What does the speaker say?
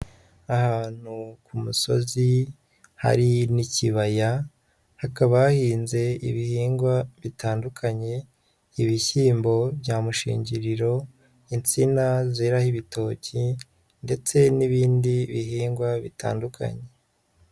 Ahantu ku musozi hari n'ikibaya, hakaba hahinze ibihingwa bitandukanye, ibishyimbo bya mushingiriro, insina zeraho ibitoki ndetse n'ibindi bihingwa bitandukanye.